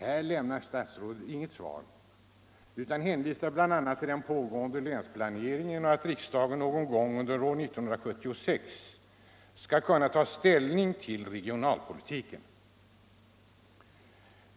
Här lämnar statsrådet inget svar utan hänvisar bl.a. till den pågående länsplaneringen och till att riksdagen någon gång under 1976 skall kunna ta ställning till regionalpolitiken.